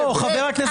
תודה רבה.